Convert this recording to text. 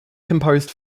composed